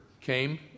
came